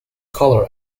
color